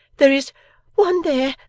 there is one there,